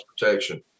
protection